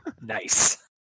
Nice